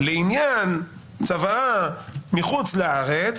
לעניין צוואה מחוץ לארץ